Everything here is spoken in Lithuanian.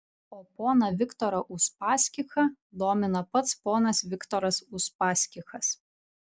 o poną viktorą uspaskichą domina pats ponas viktoras uspaskichas